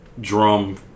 drum